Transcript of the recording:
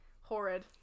Horrid